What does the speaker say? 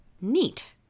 Neat